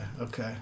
okay